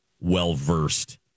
well-versed